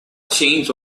changed